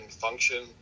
function